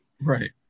right